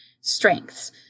strengths